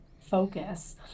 focus